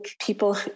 people